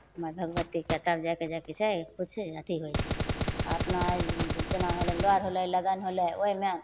माँ भगवतीके तब जायके की कहय छै किछु अथी होइ छै आओर अपना जेना होलय लर होलय लगन होलय ओइमे